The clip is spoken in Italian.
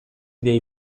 dei